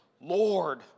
Lord